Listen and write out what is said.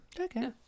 Okay